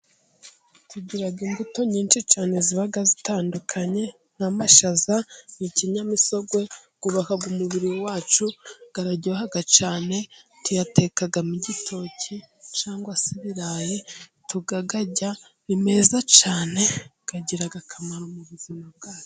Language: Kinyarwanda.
Tugira imbuto nyinshi cyane ziba zitandukanye, nk'amashaza ni ikinyamisogwe, yubaka umubiri wacu, araryoha cyane, tuyateka mu gitoki cyangwa se ibirayi, tukayarya, ni meza cyane agira akamaro mu buzima bwacu.